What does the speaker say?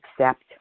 accept